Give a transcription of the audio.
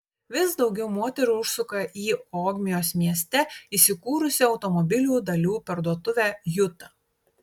vis daugiau moterų užsuka ir į ogmios mieste įsikūrusią automobilių dalių parduotuvę juta